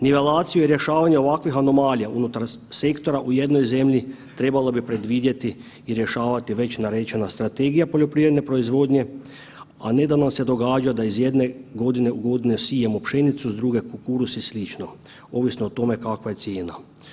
Nivelaciju rješavanja ovakvih anomalija unutar sektora u jednoj zemlji trebalo bi predvidjeti i rješavati već narečena strategija poljoprivredne proizvodnje, a ne da nam se događa da iz jedne godine u godine sijemo pšenicu, s druge kukuruz ili slično, ovisno o tome kakav je cijena.